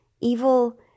Evil